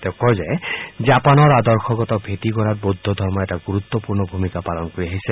তেওঁ কয় যে জাপানৰ আদৰ্শগত ভেটি গঢ়াত বৌদ্ধ ধৰ্মই এটা গুৰুত্বপূৰ্ণ ভূমিকা পালন কৰিছে